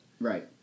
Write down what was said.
right